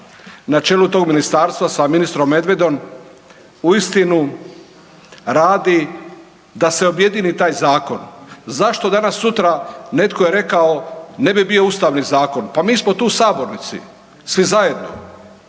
na čelu tog ministarstva sa ministrom Medvedom uistinu radi da se objedini taj zakon. Zašto danas sutra, netko je rekao ne bi bio ustavni zakon, pa mi smo tu u sabornici, svi zajedno,